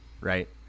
right